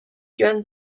joan